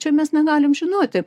čia mes negalim žinoti